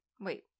wait